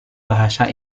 bahasa